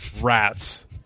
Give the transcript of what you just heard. rats